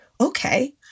Okay